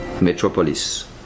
Metropolis